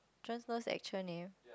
Jon Snow's actual name